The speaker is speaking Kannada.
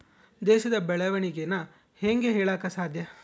ದೇಶದ ಬೆಳೆವಣಿಗೆನ ಹೇಂಗೆ ಹೇಳಕ ಸಾಧ್ಯ?